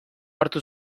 hartu